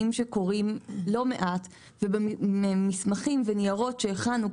שקורים לא מעט ובמסמכים וניירות שהכנו,